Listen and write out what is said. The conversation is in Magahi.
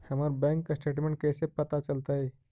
हमर बैंक स्टेटमेंट कैसे पता चलतै?